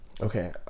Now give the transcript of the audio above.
Okay